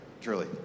truly